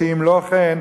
שאם לא כן,